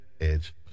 Edge